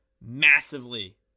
massively